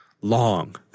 long